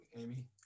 Amy